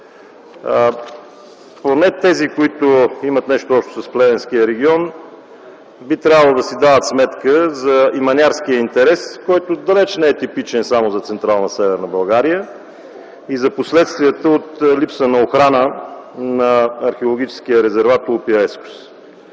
Поне тези, които имат нещо общо с Плевенския регион, би трябвало да си дават сметка за иманярския интерес, който далеч не е типичен само за Централна и Северна България, и за последствията от липса на охрана на археологическия резерват „Улпия Ескус”.